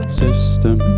system